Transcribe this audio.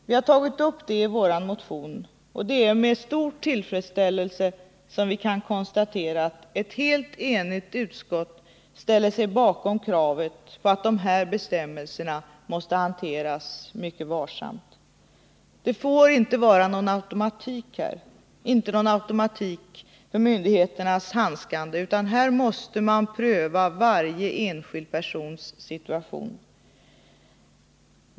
Vi har tagit upp detta i vår motion, och det är med stor tillfredsställelse som vi kan konstatera att ett enigt utskott ställer sig bakom kravet på att de här bestämmelserna måste tillämpas mycket varsamt; det får inte vara någon automatik för myndigheternas handskande med reglerna, utan här måste man pröva varje persons situation.